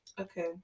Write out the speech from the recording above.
Okay